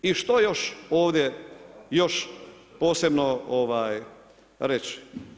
I što još ovdje, još posebno reći?